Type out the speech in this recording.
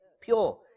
pure